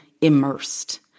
immersed